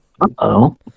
Uh-oh